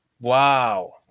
Wow